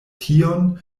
tion